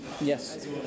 Yes